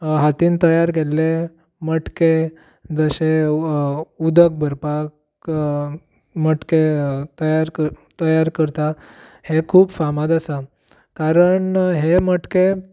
हातीन तयार केल्ले मटके जशे उदक भरपाक मटके तयार क तयार करतात हे खूब फामाद आसा कारण हे मटके